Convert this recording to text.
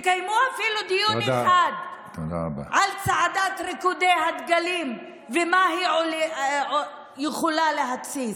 אפילו תקיימו דיון אחד על צעדת ריקוד הדגלים ומה היא יכולה להתסיס.